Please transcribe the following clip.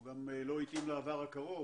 הוא גם לא התאים לעבר הקרוב.